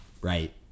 right